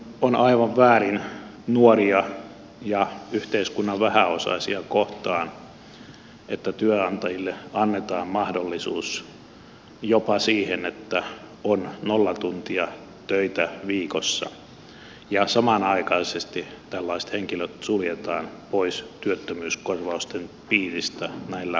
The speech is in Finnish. on aivan väärin nuoria ja yhteiskunnan vähäosaisia kohtaan että työnantajille annetaan mahdollisuus jopa siihen että on nolla tuntia töitä viikossa ja samanaikaisesti tällaiset henkilöt suljetaan pois työttömyyskorvausten piiristä näillä tyhjillä sopimuksilla